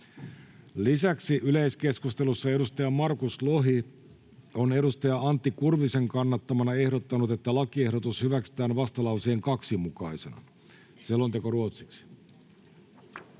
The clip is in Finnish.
Lisäksi yleiskeskustelussa edustaja Markus Lohi on edustaja Antti Kurvisen kannattamana ehdottanut, että lakiehdotus hyväksytään vastalauseen 2 mukaisena. — Selonteko ruotsiksi.